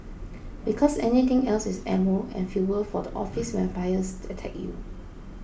because anything else is ammo and fuel for the office vampires to attack you